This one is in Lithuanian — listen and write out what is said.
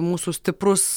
mūsų stiprus